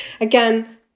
Again